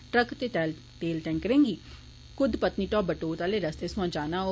truck ते तेल टेकरें गी कुद्द पत्नीटाप बटोत आले रस्ते सोया जाना होग